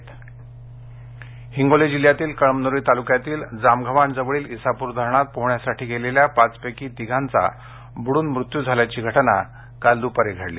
जलसमाधी हिंगोली जिल्ह्यातील कळमनुरी तालुक्यातील जामगव्हाण जवळील इसापूर धरणात पोहोण्यासाठी गेलेल्या पाचपैकी तिघांचा बुडून मृत्यू झाल्याची घटना काल दुपारी सुमारास घडली